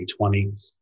2020